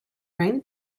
rainy